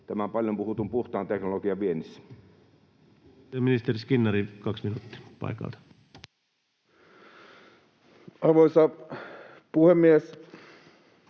tämän paljon puhutun puhtaan teknologian viennissä. Ministeri Skinnari, 2 minuuttia paikalta. Arvoisa puhemies!